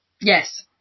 Yes